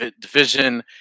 division